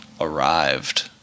arrived